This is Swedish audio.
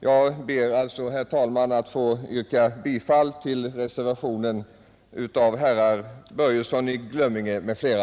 Jag ber alltså, herr talman, att få yrka bifall till reservationen av herr Börjesson i Glömminge m.fl.